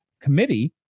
committee